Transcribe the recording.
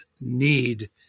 need